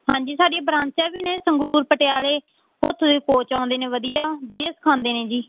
ਹਾਂਜੀ ਸਾਡੀਆਂ ਬ੍ਰਾਂਚਾਂ ਵੀ ਨੇ ਸੰਗਰੂਰ ਪਟਿਆਲੇ ਉੱਥੋਂ ਦੇ ਕੋਚ ਅਉਂਦੇ ਨੇ ਵਧੀਆ ਵਧੀਆ ਸਿਖਾਉਂਦੇ ਨੇ ਜੀ